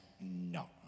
no